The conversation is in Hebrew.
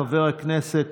חבר הכנסת